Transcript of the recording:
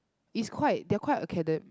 is quite they are quite acade~